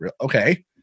okay